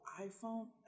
iPhone